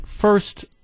First